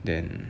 than